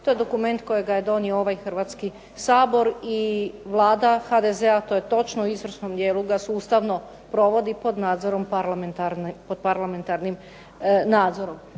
to je dokument koji je donio ovaj Sabor i Vlada HDZ-a to je točno u izvršnom dijelu ga sustavno provodi pod parlamentarnim nadzorom.